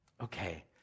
Okay